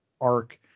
arc